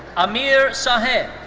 amir saheb.